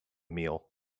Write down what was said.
meal